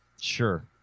Sure